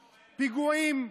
פיגועים,